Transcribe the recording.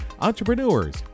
entrepreneurs